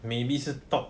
maybe 是 top